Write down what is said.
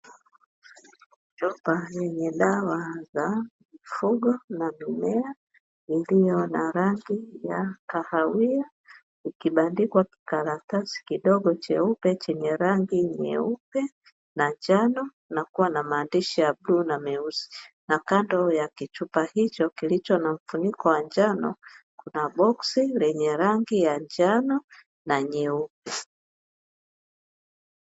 Chupa yenye dawa za mifugo na mimea, iliyo na rangi ya kahawia, ikibandikwa kikaratasi kidogo cheupe, chenye rangi nyeupe na njano, na kuwa na maandishi ya bluu na meusi na kando ya kichupa hicho kilicho na mfuniko wa njano, kuna boksi lenye rangi ya njano na nyeusi.